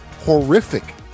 Horrific